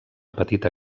petita